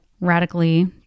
radically